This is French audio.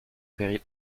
péril